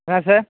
என்ன சார்